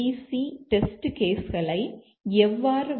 C D